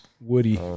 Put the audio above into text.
Woody